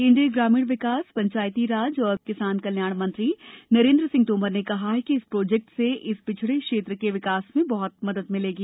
केन्द्रीय ग्रामीण विकास पंचायती राज और कृषि एवं किसान कल्याण मंत्री नरेन्द्र सिंह तोमर ने कहा कि इस प्रोजेक्ट से इस पिछड़े क्षेत्र के विकास में बहुत मदद मिलेगी